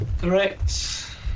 Correct